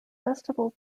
festival